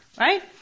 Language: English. right